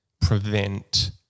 prevent